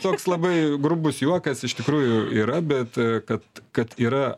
toks labai grubus juokas iš tikrųjų yra bet kad kad yra